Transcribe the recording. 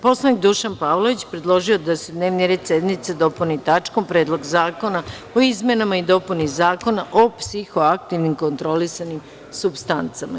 Poslanik Dušan Pavlović, predložio je da se dnevni red sednice dopuni tačkom – Predlog zakona o izmeni i dopuni Zakona o psihoaktivnim kontrolisanim supstancama.